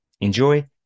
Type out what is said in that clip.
Enjoy